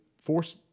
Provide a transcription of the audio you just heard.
force